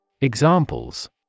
Examples